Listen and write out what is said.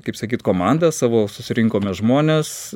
kaip sakyt komanda savo susirinkome žmones